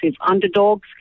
underdogs